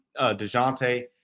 DeJounte